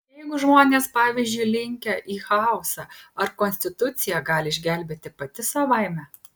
jeigu žmonės pavyzdžiui linkę į chaosą ar konstitucija gali išgelbėti pati savaime